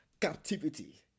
captivity